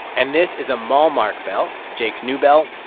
and this is a malmark bell, jake's new bell,